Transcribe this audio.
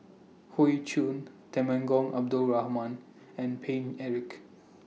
Hoey Choo Temenggong Abdul Rahman and Paine Eric